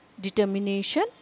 determination